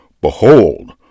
Behold